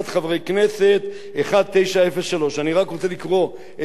1903. אני רק רוצה לקרוא את שמות חברי הכנסת שחברו אלי